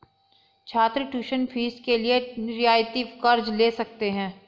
छात्र tuition fees के लिए रियायती कर्ज़ ले सकते हैं